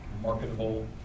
marketable